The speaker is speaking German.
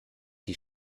die